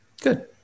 Good